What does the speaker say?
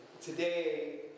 today